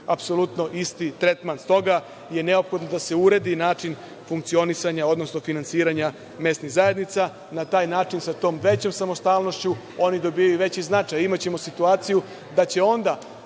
apsolutno isti tretman. Stoga je neophodno da se uredi način funkcionisanja, odnosno finansiranja mesnih zajednica. Na taj način sa tom većom samostalnošću oni dobijaju i veći značaj. Imaćemo situaciju da će onda